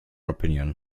opinion